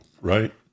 right